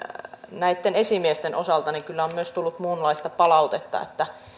esimiesten osalta on tullut myös muunlaista palautetta